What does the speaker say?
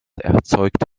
erzeugt